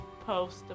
post